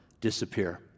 disappear